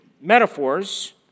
metaphors